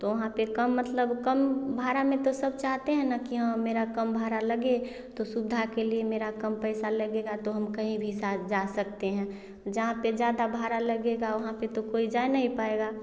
तो वहाँ पर कम मतलब काम भाड़ा में तो सब चाहते हैं न मेरा कम भाड़ा लगें तो सुविधा के लिए मेरा कम पैसा लगेगा तो हम कहीं भी साथ जा सकते हैं जहाँ पर ज़्यादा भाड़ा लगेगा वहाँ पर तो कोई जा नहीं पाएगा